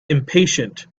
impatient